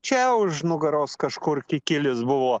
čia už nugaros kažkur kikilis buvo